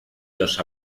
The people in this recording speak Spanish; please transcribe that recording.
los